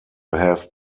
have